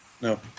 No